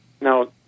Now